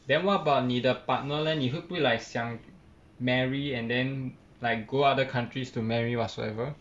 then what about 你的 partner leh 你会不会 like 想 marry and then like go other countries to marry whatsoever